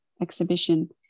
exhibition